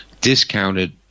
discounted